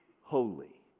holy